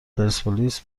پرسپولیس